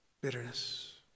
bitterness